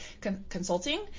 consulting